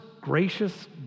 gracious